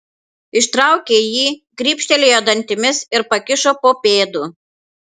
ištraukė jį gribštelėjo dantimis ir pakišo po pėdu